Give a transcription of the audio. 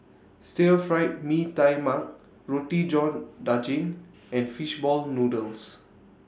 Stir Fried Mee Tai Mak Roti John Daging and Fish Ball Noodles